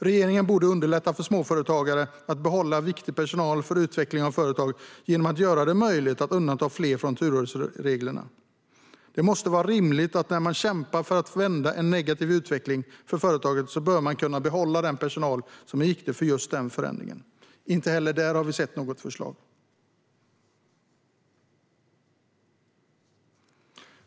Regeringen borde underlätta för småföretagare att behålla viktig personal för utvecklingen av företaget genom att göra det möjligt att undanta fler från turordningsreglerna. Det måste vara rimligt att man när man kämpar för att vända en negativ utveckling för företaget bör kunna behålla den personal som är viktig för just den förändringen. Inte heller där har vi sett något förslag.